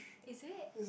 is it